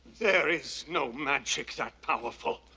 there is no magic that powerful.